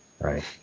right